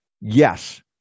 Yes